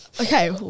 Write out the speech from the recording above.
Okay